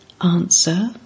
Answer